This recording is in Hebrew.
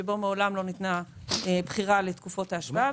שבו מעולם לא ניתנה בחירה לתקופות ההשוואה,